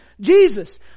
Jesus